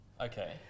Okay